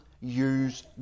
use